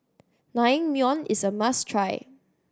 naengmyeon is a must try